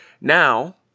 now